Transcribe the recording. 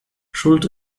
schuld